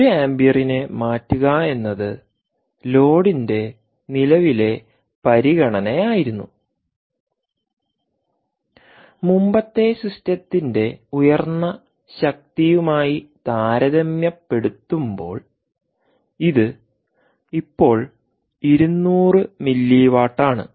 ഒരു ആമ്പിയറിനെ മാറ്റുക എന്നത് ലോഡിന്റെ നിലവിലെ പരിഗണനയായിരുന്നു മുമ്പത്തെ സിസ്റ്റത്തിന്റെ ഉയർന്ന ശക്തിയുമായി താരതമ്യപ്പെടുത്തുമ്പോൾ ഇത് ഇപ്പോൾ ഇരുനൂറു മില്ലി വാട്ടാണ്